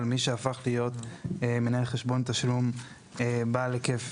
על מי שהפך להיות מנהל חשבון תשלום בעל היקף,